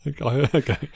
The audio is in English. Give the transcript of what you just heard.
Okay